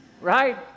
right